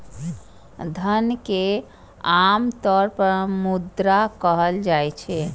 धन कें आम तौर पर मुद्रा कहल जाइ छै